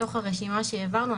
מתוך הרשימה שהעברנו,